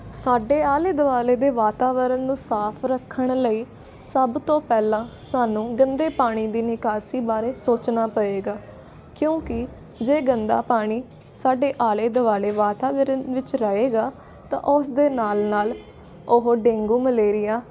ਸਾਡੇ ਆਲੇ ਦੁਆਲੇ ਦੇ ਵਾਤਾਵਰਨ ਨੂੰ ਸਾਫ ਰੱਖਣ ਲਈ ਸਭ ਤੋਂ ਪਹਿਲਾਂ ਸਾਨੂੰ ਗੰਦੇ ਪਾਣੀ ਦੀ ਨਿਕਾਸੀ ਬਾਰੇ ਸੋਚਣਾ ਪਏਗਾ ਕਿਉਂਕਿ ਜੇ ਗੰਦਾ ਪਾਣੀ ਸਾਡੇ ਆਲੇ ਦੁਆਲੇ ਵਾਤਾਵਰਨ ਵਿੱਚ ਰਹੇਗਾ ਤਾਂ ਉਸਦੇ ਨਾਲ ਨਾਲ ਉਹ ਡੇਂਗੂ ਮਲੇਰੀਆ